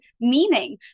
meaning